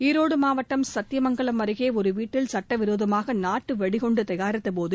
ஈரோடு மாவட்டம் சத்தியமங்கலம் அருகே ஒரு வீட்டில் சட்டவிரோதமாக நாட்டு வெடிகுண்டு தயாரித்தபோது